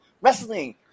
wrestling